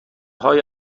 های